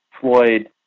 Floyd